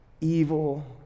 evil